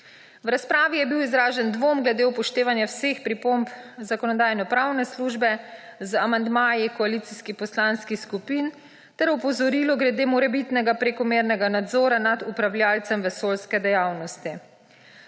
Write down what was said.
V razpravi je bil izražen dvom glede upoštevanja vseh pripomb Zakonodajno-pravne službe z amandmaji koalicijskih poslanskih skupin ter opozorilo glede morebitnega prekomernega nadzora nad upravljavcem vesoljske dejavnosti.